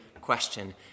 question